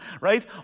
right